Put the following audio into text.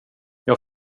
jag